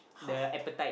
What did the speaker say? the appetite